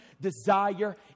desire